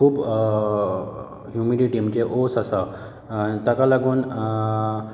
खूब ह्यूमिडीटी म्हणजे ओस आसा ताका लागून